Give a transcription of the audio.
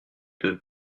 deux